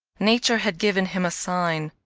nature had given him a sign.